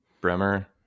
Bremer